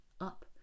up